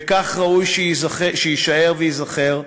וכך ראוי שיישאר וייזכר: